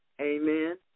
Amen